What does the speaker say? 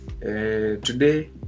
Today